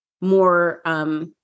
more